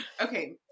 Okay